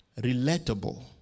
relatable